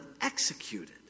executed